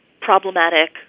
problematic